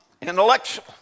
intellectual